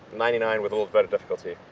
ninety nine with a little bit of difficulty.